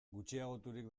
gutxiagoturik